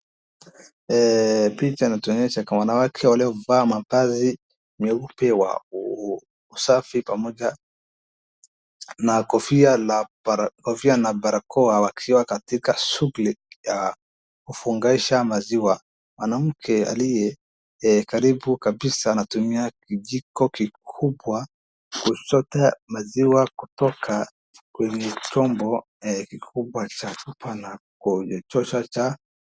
Picha inatuonesha wanawake waliovaa mavazi meupe safi pamoja na kofia na barakoa, wakiwa katika shughuli ya kufungisha maziwa. Mwanamke aliye karibu kabisa anatumia kijiko kikubwa kuchota maziwa kutoka kwenye chombo kikubwa cha upana.